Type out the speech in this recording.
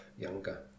younger